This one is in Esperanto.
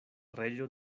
reĝo